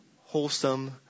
wholesome